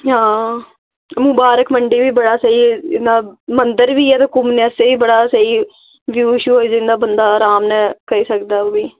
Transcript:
हां मुबारख मंडी बी बड़ा स्हेई इन्ना मंदर बी ऐ ते घूमने आस्तै बड़ा स्हेई व्यू सियू जिन्ना बंदा अराम ने करी सकदा ओह् बी